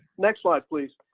next slide, please.